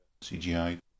CGI